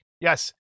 Yes